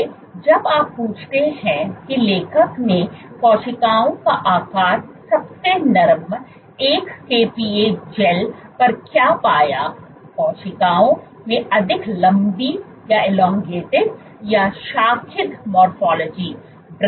इसलिए जब आप पूछते हैं कि लेखक ने कोशिकाओं का आकार सबसे नरम 1 kPa जेल पर क्या पाया कोशिकाओं में अधिक लम्बी या शाखित मोरफ़ोलॉजी था